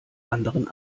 anderen